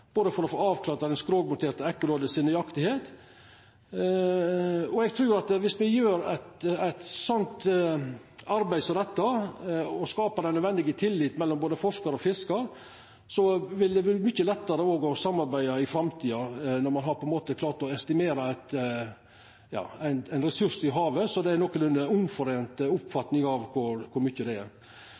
både fiskarane og forskarane frå Havforskingsinstituttet deltek nært i dette arbeidet. Ein slik gjennomgang av gytetoktet i 2016 må omfatta forsøk ute på havet for å få avklara kor nøyaktig det skrogmonterte ekkoloddet er. Eg trur at viss me gjer eit arbeid som dette og skapar nødvendig tillit mellom forskar og fiskar, vil det òg verta mykje lettare å samarbeida i framtida, når man på ein måte har klart å estimera ein ressurs i havet, og det er nokolunde